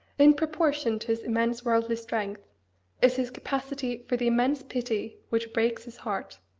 in proportion to his immense worldly strength is his capacity for the immense pity which breaks his heart.